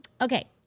Okay